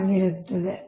ಆಗಿರುತ್ತದೆ